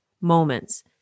moments